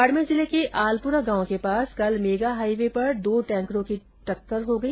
बाडमेर जिले के आलपुरा गांव के पास कल मेगाहाईवे पर दो टैंकरों में टक्कर हो गई